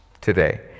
today